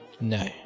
No